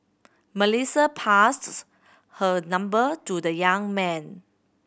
Melissa passed her number to the young man